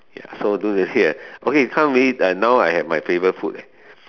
ya so don't really have okay come now I have my favorite food eh